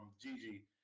Gigi